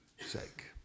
sake